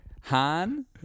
Han